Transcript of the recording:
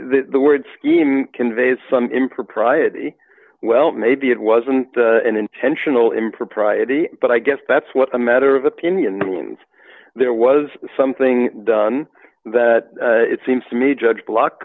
the word scheme conveys some impropriety well maybe it wasn't an intentional impropriety but i guess that's what a matter of opinion means there was something done that it seems to me judge block